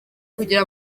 kugira